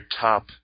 top